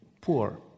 poor